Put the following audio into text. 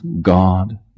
God